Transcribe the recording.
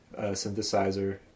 synthesizer